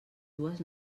dues